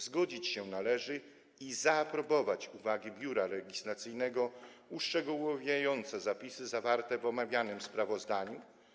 Zgodzić się należy i zaaprobować uwagi Biura Legislacyjnego uszczegółowiające zapisy zawarte w omawianym sprawozdaniu.